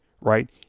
right